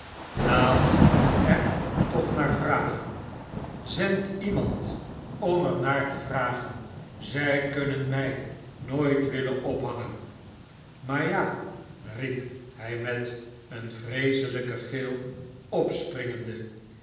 laat er toch naar vragen zend iemand om er naar te vragen zij kunnen mij nooit willen ophangen maar ja riep hij met een vreeselijken gil opspringende